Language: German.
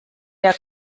der